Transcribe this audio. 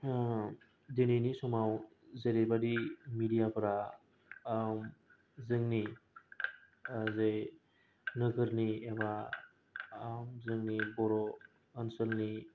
दिनैनि समाव जेरैबादि मेडिया फोरा जोंनि नोगोरनि एबा जोंनि बर' ओनसोलनि